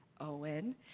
Owen